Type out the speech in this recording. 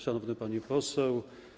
Szanowna Pani Poseł!